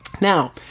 Now